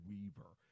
Weaver